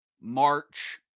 March